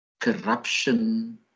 Corruption